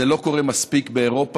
זה לא קורה מספיק באירופה,